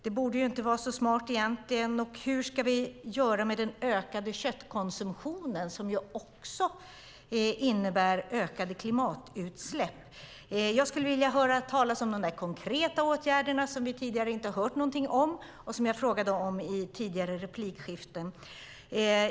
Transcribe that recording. Det borde inte vara så smart egentligen. Hur ska vi göra med den ökade köttkonsumtionen, som också innebär ökade klimatutsläpp? Jag skulle vilja höra om de konkreta åtgärder som vi tidigare inte har hört någonting om och som jag frågade om i tidigare replikskiften.